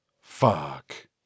Fuck